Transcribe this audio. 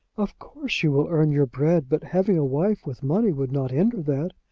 of course you will earn your bread, but having a wife with money would not hinder that.